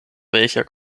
welcher